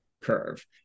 curve